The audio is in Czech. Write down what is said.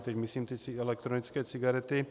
Teď myslím ty elektronické cigarety.